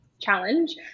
challenge